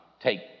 take